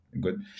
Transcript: good